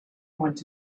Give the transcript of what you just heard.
went